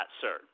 sir